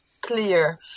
clear